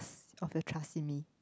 of the trust in me